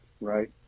Right